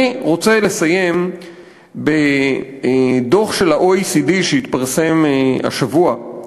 אני רוצה לסיים בדוח של ה-OECD שהתפרסם השבוע,